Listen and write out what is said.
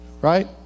right